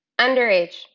Underage